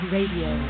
Radio